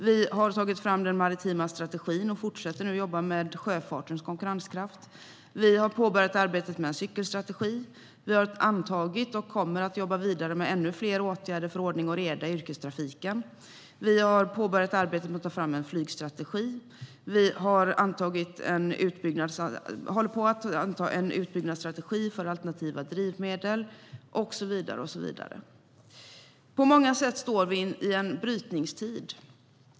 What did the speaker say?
Vi har tagit fram den maritima strategin och fortsätter nu jobba med sjöfartens konkurrenskraft. Vi har påbörjat arbetet med en cykelstrategi. Vi har antagit och kommer att jobba vidare med ännu fler åtgärder för ordning och reda i yrkestrafiken. Vi har påbörjat arbetet med att ta fram en flygstrategi. Vi håller på att anta en utbyggnadsstrategi för alternativa drivmedel och så vidare. På många sätt står vi i en brytningstid.